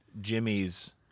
Jimmy's